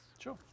sure